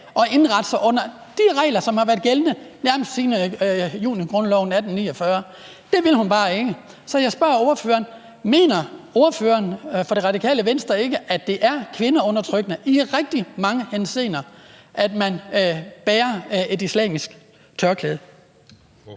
og indrette sig under de regler, som har været gældende nærmest siden junigrundloven 1849. Det ville hun bare ikke. Så jeg spørger ordføreren: Mener ordføreren for Det Radikale Venstre ikke, at det er kvindeundertrykkende i rigtig mange henseender, at man bærer et islamisk tørklæde?